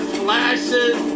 flashes